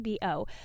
BO